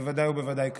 בוודאי ובוודאי כעת.